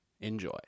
Enjoy